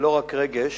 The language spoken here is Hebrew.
ולא רק רגש,